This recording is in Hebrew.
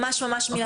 ממש מילה.